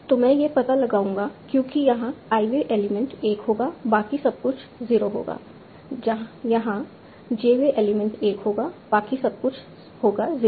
तो मैं यह पता लगाऊंगा क्योंकि यहाँ i वें एलिमेंट 1 होगा बाकी सब कुछ 0 होगा यहाँ j वें एलिमेंट 1 होगा बाकी सब कुछ होगा 0